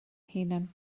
hunan